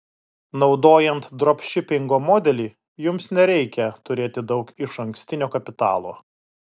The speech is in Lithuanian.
naudojant dropšipingo modelį jums nereikia turėti daug išankstinio kapitalo